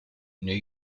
new